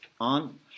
on